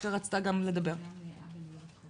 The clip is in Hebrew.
אני מתנצלת שאני נאלצת כבר מעכשיו לומר לך לקצר.